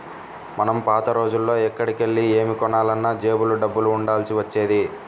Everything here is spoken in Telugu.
మనం పాత రోజుల్లో ఎక్కడికెళ్ళి ఏమి కొనాలన్నా జేబులో డబ్బులు ఉండాల్సి వచ్చేది